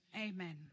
Amen